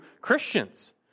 Christians